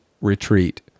retreat